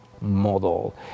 model